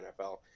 NFL